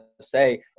say